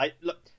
Look